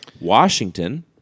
Washington